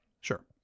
Sure